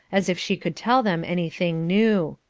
as if she could tell them anything new.